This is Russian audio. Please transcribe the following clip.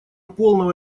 полного